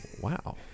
Wow